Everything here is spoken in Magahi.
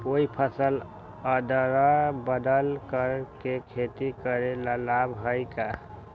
कोई फसल अदल बदल कर के खेती करे से लाभ है का?